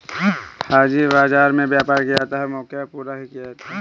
हाजिर बाजार में व्यापार किया जाता है और मौके पर ही पूरा किया जाता है